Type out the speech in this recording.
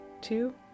two